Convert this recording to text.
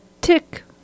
Tick